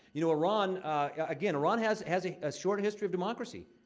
you know, iran again, iran has has a ah short history of democracy.